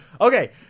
Okay